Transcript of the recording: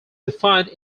defined